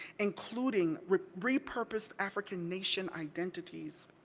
including repurposed african nation identities.